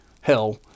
hell